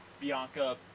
Bianca